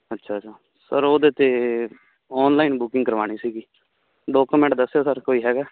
ਅੱਛਾ sir sir ਉਹਦੇ 'ਤੇ ਆਨਲਾਈਨ ਬੁਕਿੰਗ ਕਰਵਾਉਣੀ ਸੀਗੀ ਦੋ ਕੁ ਮਿੰਟ ਦੱਸਿਓ ਸਰ ਕੋਈ ਹੈਗਾ